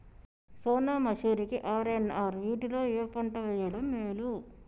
సోనా మాషురి కి ఆర్.ఎన్.ఆర్ వీటిలో ఏ పంట వెయ్యడం మేలు?